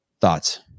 Thoughts